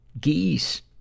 geese